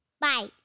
Bye